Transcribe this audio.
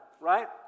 right